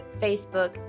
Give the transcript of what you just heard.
Facebook